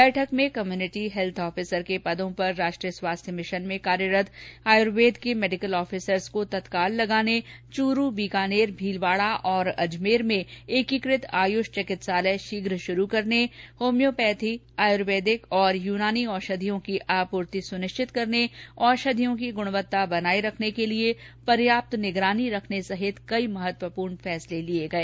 बैठक में community health officer के पदों पर राष्ट्रीय स्वाथ्य भिशन में कार्यरत आयुर्वेद के मेडिकल आफिसर्स को तत्काल लगाने चुरू बीकानेर भीलवाड़ा और अजमेर में एकीकृत आयुष चिकित्सालय शीघ्र शुरू करने होम्योपैथी आयुर्वेदिक और यूनानी औषधियों की आपूर्ति सुनिश्चित करने औषधियों की गुणवत्ता बनाए रखने के लिए पर्याप्त मॉनिटरिंग करने सहित कई महत्वपूर्ण फैसले लिए गए